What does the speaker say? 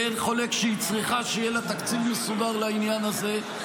ואין חולק שהיא צריכה שיהיה לה תקציב מסודר לעניין הזה.